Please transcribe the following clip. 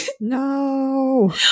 no